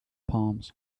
palms